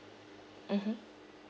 mmhmm